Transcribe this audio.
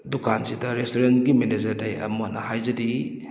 ꯗꯨꯀꯥꯟꯁꯤꯗ ꯔꯦꯁꯇꯨꯔꯦꯟꯒꯤ ꯃꯦꯅꯦꯖꯔꯗ ꯑꯩ ꯑꯃꯨꯛ ꯍꯟꯅ ꯍꯥꯏꯖꯔꯤ